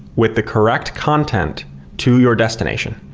with the correct content to your destination.